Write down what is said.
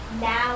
now